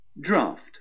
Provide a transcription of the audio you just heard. Draft –